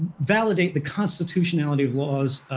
validate the constitutionality of laws,